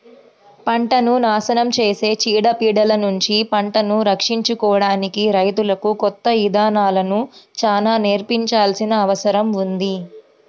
పంటను నాశనం చేసే చీడ పీడలనుంచి పంటను రక్షించుకోడానికి రైతులకు కొత్త ఇదానాలను చానా నేర్పించాల్సిన అవసరం ఉంది